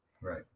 Right